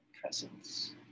presence